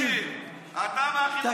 מהאחים המוסלמים, קיבלת את המדינה.